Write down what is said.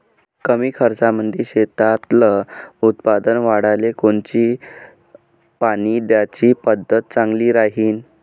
कमी खर्चामंदी शेतातलं उत्पादन वाढाले कोनची पानी द्याची पद्धत चांगली राहीन?